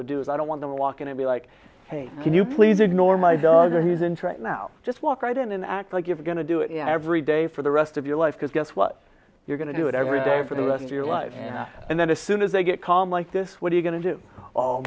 to do is i don't want them walking to be like hey can you please ignore my dog or his interest now just walk right in and act like you're going to do it yeah every day for the rest of your life because guess what you're going to do it every day for the rest of your life and then as soon as they get calm like this what are you going to do